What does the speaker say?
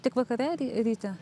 tik vakare ar ryte